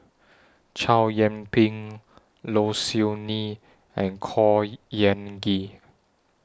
Chow Yian Ping Low Siew Nghee and Khor Ean Ghee